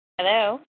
Hello